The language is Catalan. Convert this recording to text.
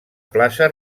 plaça